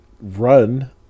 run